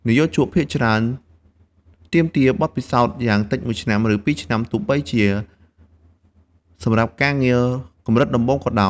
និយោជកភាគច្រើនទាមទារបទពិសោធន៍យ៉ាងតិចមួយ ឬពីរឆ្នាំ ទោះបីជាសម្រាប់ការងារកម្រិតដំបូងក៏ដោយ។